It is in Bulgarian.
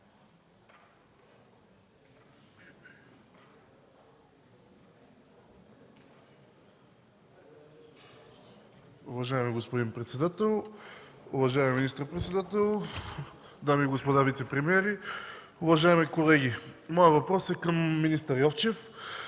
Моят въпрос е към министър Йовчев